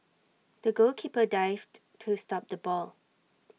the goalkeeper dived to stop the ball